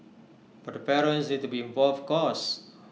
but the parents need to be involved of course